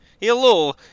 Hello